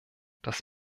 das